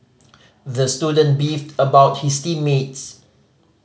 the student beefed about his team mates